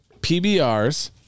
PBRs